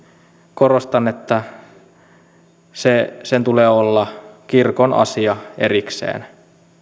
korostan että sen tulee olla kirkon asia erikseen